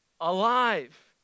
alive